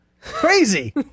Crazy